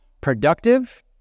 productive